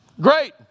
Great